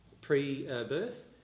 pre-birth